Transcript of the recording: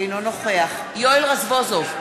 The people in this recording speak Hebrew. אינו נוכח יואל רזבוזוב,